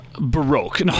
Baroque